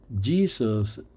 Jesus